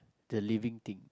the living thing